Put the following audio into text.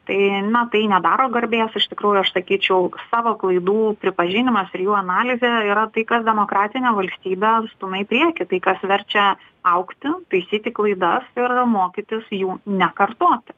tai na tai nedaro garbės iš tikrųjų aš sakyčiau savo klaidų pripažinimas ir jų analizė yra tai kas demokratinę valstybę stumia į priekį tai kas verčia augti taisyti klaidas ir mokytis jų nekartoti